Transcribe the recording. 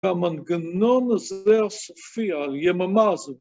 ‫המנגנון הזה הסופי על יממה זו.